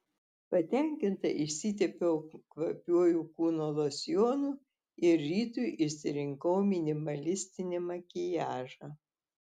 patenkinta išsitepiau kvapiuoju kūno losjonu ir rytui išsirinkau minimalistinį makiažą